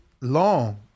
Long